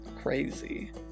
Crazy